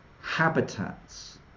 habitats